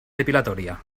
depilatoria